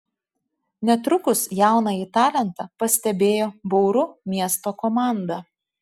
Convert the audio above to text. netrukus jaunąjį talentą pastebėjo bauru miesto komanda